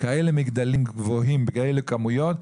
כאלה מגדלים גבוהים בכאלה כמויות,